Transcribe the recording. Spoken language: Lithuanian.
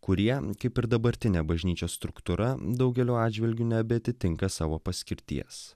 kurie kaip ir dabartinė bažnyčios struktūra daugeliu atžvilgių nebeatitinka savo paskirties